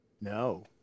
No